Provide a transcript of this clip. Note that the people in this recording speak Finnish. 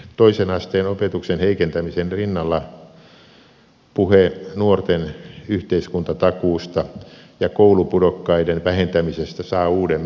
toisen asteen opetuksen heikentämisen rinnalla puhe nuorten yhteiskuntatakuusta ja koulupudokkaiden vähentämisestä saa uuden merkityksen